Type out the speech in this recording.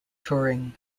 touring